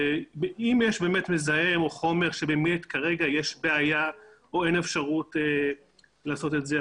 אם יש באמת מזהם או חומר שבאמת כרגע יש בעיה או אין אפשרות לעשות את זה,